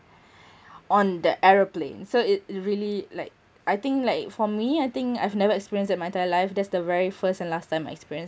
on the aeroplane so it it really like I think like for me I think I've never experienced in my entire life that's the very first and last time I experienced